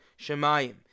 shemayim